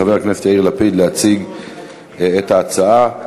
חבר הכנסת יאיר לפיד להציג את ההצעה.